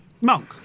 Monk